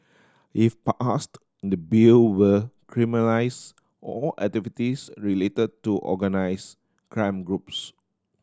if passed the Bill will criminalise all activities related to organised crime groups